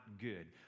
good